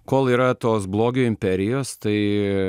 kol yra tos blogio imperijos tai